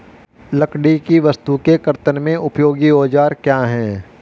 लकड़ी की वस्तु के कर्तन में उपयोगी औजार क्या हैं?